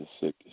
sick